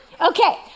Okay